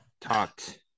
talked